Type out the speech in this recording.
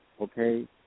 okay